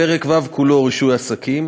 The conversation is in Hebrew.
בפרק ו' כולו (רישוי עסקים),